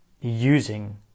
using